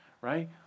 Right